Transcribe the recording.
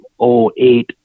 08